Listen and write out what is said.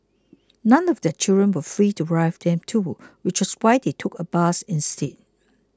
none of their children were free to drive them too which was why they took a bus instead